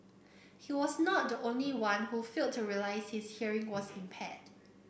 he was not the only one who failed to realise his hearing was impaired